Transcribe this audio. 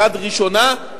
יד ראשונה,